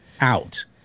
out